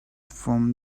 from